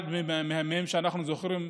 אחד מהם שאנחנו זוכרים,